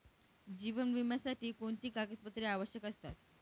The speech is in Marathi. जीवन विम्यासाठी कोणती कागदपत्रे आवश्यक असतात?